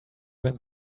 went